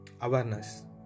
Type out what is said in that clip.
awareness